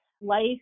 Life